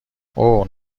اوه